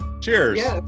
Cheers